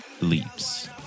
leaps